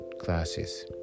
classes